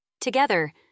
Together